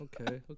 Okay